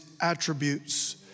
attributes